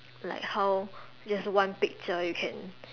like how there's one picture you can